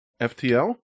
FTL